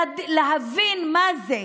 להבין מה זה